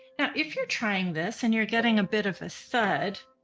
now if you're trying this and you're getting a bit of a thud,